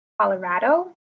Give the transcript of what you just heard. Colorado